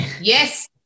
Yes